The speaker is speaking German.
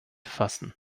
fassen